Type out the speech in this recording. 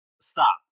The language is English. stop